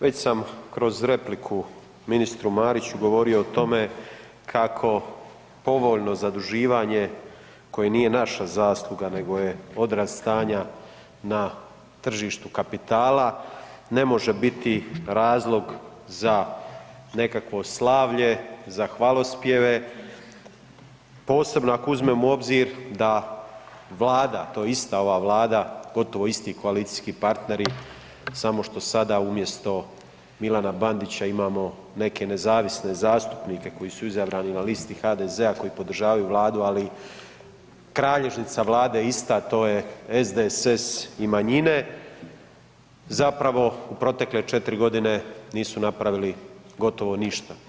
Već sam kroz repliku ministru Mariću govorio o tome kako povoljno zaduživanje koje nije naša zasluga nego je odraz stanja na tržištu kapitala ne može biti razlog za nekakvo slavlje, za hvalospjeve posebno ako uzmemo u obzir da Vlada to je ista ova Vlada, gotovo isti koalicijski partneri samo što sada umjesto Milana Bandića imamo neke nezavisne zastupnike koji su izabrani na listi HDZ-a koji podržavaju Vladi ali kralježnica Vlade je ista to je SDSS i manjine, zapravo u protekle 4 godine nisu napravili gotovo ništa.